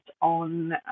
on